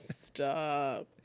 Stop